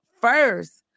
first